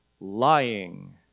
lying